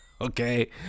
Okay